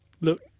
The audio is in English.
look